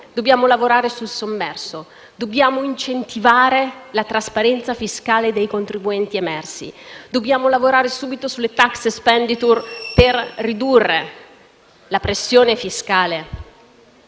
dobbiamo lavorare sul sommerso; dobbiamo incentivare la trasparenza fiscale dei contribuenti emersi; dobbiamo lavorare subito sulla *tax expenditure* per ridurre la pressione fiscale;